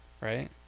right